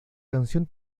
canción